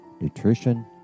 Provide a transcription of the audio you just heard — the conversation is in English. nutrition